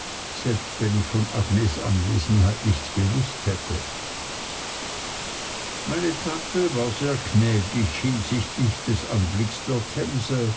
selbst wenn ich von agnes anwesenheit nichts gewußt hätte meine tante war sehr gnädig hinsichtlich des anblicks der themse